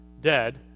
dead